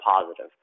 positive